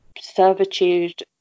Servitude